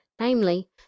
namely